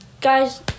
Guys